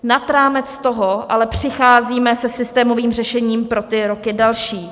Nad rámec toho ale přicházíme se systémovým řešením pro ty roky další.